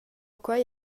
quei